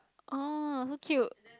oh so cute